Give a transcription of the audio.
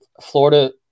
Florida